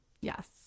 Yes